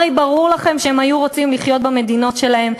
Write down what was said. הרי ברור לכם שהם היו רוצים לחיות במדינות שלהם,